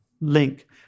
link